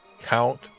count